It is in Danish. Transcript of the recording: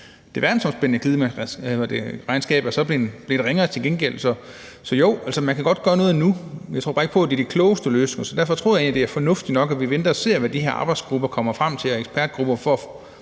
det verdensomspændende klimaregnskab er så til gengæld blevet ringere. Så jo, man kan godt gøre noget nu, jeg tror bare ikke, at det er den klogeste løsning. Derfor tror jeg egentlig, at det er fornuftigt nok, at vi venter og ser, hvad de her arbejdsgrupper og ekspertgrupper kommer